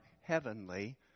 heavenly